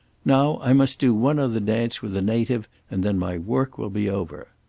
now i must do one other dance with a native and then my work will be over.